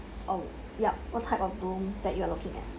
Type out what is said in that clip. or yup what type of room that you are looking at